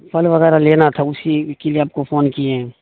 فل وغیرہ لینا تھا اسی کے لیے آپ کو فون کیے ہیں